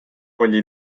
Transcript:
oli